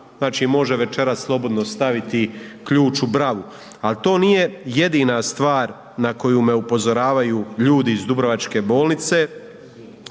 znači može večeras slobodno staviti ključ u bravu. Ali to nije jedina stvar na koju me upozoravaju ljudi iz Dubrovačke bolnice,